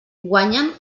guanyen